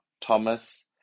Thomas